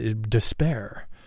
despair